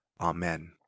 Amen